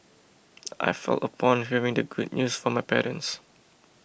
I felt upon hearing the good news from my parents